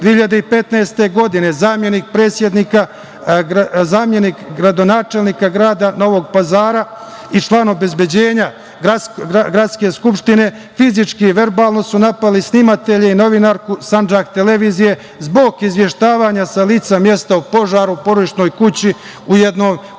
2015. zamenik gradonačelnika grada Novog Pazara i član obezbeđenja gradske skupštine fizički i verbalno su napali snimatelje i novinarku „Sandžak televizije“ zbog izveštavanja sa lica mesta o požaru u porodičnoj kući u jednoj ulici u